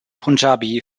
punjabi